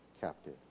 captive